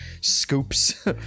scoops